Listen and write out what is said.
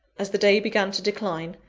as the day began to decline,